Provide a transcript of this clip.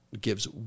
gives